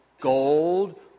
gold